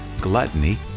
gluttony